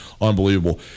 unbelievable